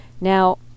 now